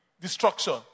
destruction